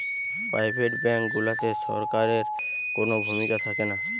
private bank গুলাতে সরকারের কুনো ভূমিকা থাকেনা